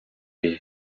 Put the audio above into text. پیدا